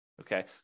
Okay